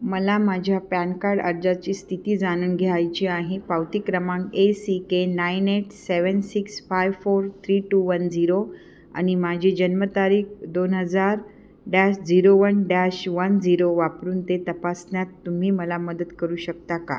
मला माझ्या PAN card अर्जाची स्थिती जाणून घ्यायची आहे पावती क्रमांक A C K nine eight seven six five four three two one zero आणि माझी जन्मतारीख दोन हजार dash zero one dash one zero वापरून ते तपासण्यात तुम्ही मला मदत करू शकता का